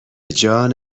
جان